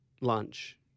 lunch